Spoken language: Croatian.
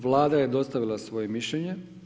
Vlada je dostavila svoje mišljenje.